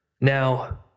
Now